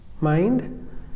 mind